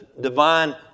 divine